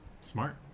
Smart